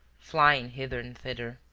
flying hither and thither.